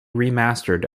remastered